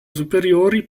superiori